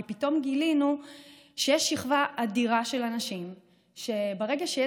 כי פתאום גילינו שיש שכבה אדירה של אנשים שברגע שיש